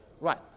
Right